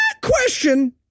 Question